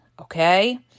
okay